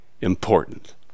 important